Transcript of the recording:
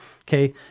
Okay